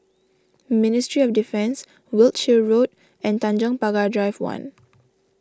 Ministry of Defence Wiltshire Road and Tanjong Pagar Drive one